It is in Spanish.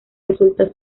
resulta